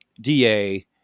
DA